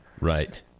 Right